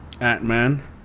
Ant-Man